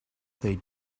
they